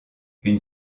une